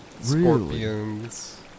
Scorpions